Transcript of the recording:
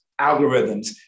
algorithms